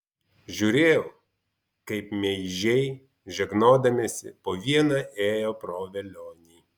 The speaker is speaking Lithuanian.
žiūrėjau kaip meižiai žegnodamiesi po vieną ėjo pro velionį